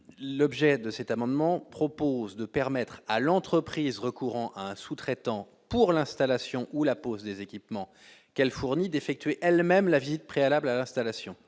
objet de cet amendement propose de permettre à l'entreprise recourant à un sous-traitant pour l'installation ou la pose des équipements qu'elle fournit d'effectuer elle-même la visite préalable à l'installation